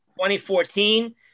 2014